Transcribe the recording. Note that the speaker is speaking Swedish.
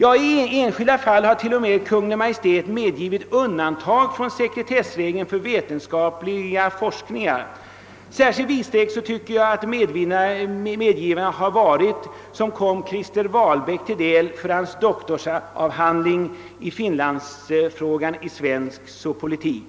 I enskilda fall har Kungl. Maj:t t.o.m. medgivit undantag från sekretessregeln för vetenskapliga forskningar. Särskilt vidsträckt synes det medgivande ha varit, som kom Krister Wahlbäck till del för dennes doktorsavhandling om finlandsfrågan i svensk politik.